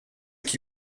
qui